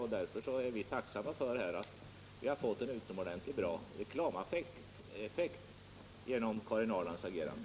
Vi är alltså tacksamma för den utomordentligt goda reklameffekt som vi har fått genom Karin Ahrlands agerande.